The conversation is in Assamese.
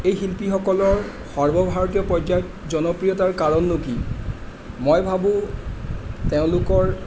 এই শিল্পীসকলৰ সৰ্বভাৰতীয় পৰ্যায়ত জনপ্ৰিয়তাৰ কাৰণনো কি মই ভাবোঁ তেওঁলোকৰ